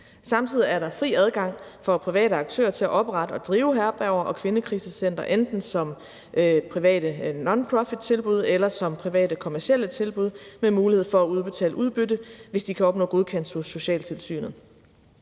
Samtidig er der fri adgang for private aktører til at oprette og drive herberger og kvindekrisecentre enten som private nonprofittilbud eller som private kommercielle tilbud med mulighed for at udbetale udbytte, hvis de kan opnå godkendelse hos socialtilsynet.